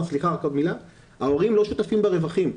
ההורים לא שותפים ברווחים.